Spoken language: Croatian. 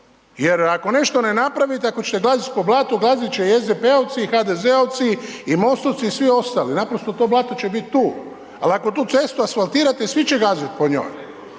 jer ako nešto ne napravite, ako ćete gazit po blatu, gazit će i SDP-ovci i HDZ-ovci i MOST-ovci i svi ostali, naprosto to blato će bit tu ali ako tu cestu asfaltirate, svi će gazit po njoj